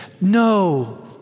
No